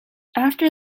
after